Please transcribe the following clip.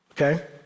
okay